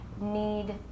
need